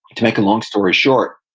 to make a long story short,